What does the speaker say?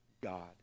God